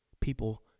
people